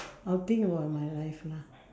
I will think about my life lah